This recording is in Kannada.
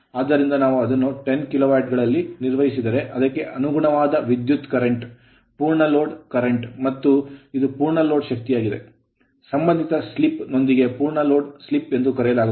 ಆದ್ದರಿಂದ ನಾವು ಅದನ್ನು 10 ಕಿಲೋವ್ಯಾಟ್ ಗಳಲ್ಲಿ ನಿರ್ವಹಿಸಿದರೆ ಅದಕ್ಕೆ ಅನುಗುಣವಾದ ವಿದ್ಯುತ್ current ಕರೆಂಟ್ ಪೂರ್ಣ load ಲೋಡ್ current ಕರೆಂಟ್ ಮತ್ತು ಇದು ಪೂರ್ಣ ಲೋಡ್ ಶಕ್ತಿಯಾಗಿದೆ ಸಂಬಂಧಿತ slip ಸ್ಲಿಪ್ ನೊಂದಿಗೆ ಪೂರ್ಣ load ಲೋಡ್ slip ಸ್ಲಿಪ್ ಎಂದು ಕರೆಯಲಾಗುತ್ತದೆ